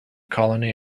colony